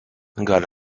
gali